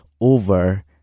over